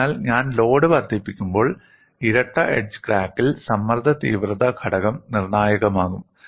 അതിനാൽ ഞാൻ ലോഡ് വർദ്ധിപ്പിക്കുമ്പോൾ ഇരട്ട എഡ്ജ് ക്രാക്കിൽ സമ്മർദ്ദ തീവ്രത ഘടകം നിർണായകമാകും